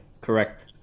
correct